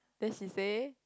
then she say